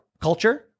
Culture